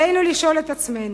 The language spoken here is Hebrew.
עלינו לשאול את עצמנו: